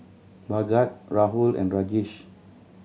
Bhagat Rahul and Rajesh